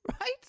Right